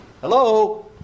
Hello